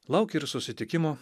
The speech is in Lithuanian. lauki ir susitikimo